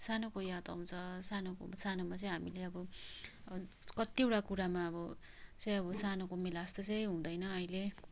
सानोको याद आउँछ सानोको सानोमा चाहिँ हामीले अब कतिवटा कुरामा अब चाहिँ अब सानोको मेला जस्तो चाहिँ हुँदैन अहिले